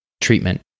Treatment